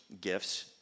gifts